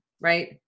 right